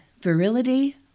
virility